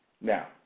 Now